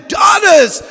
daughters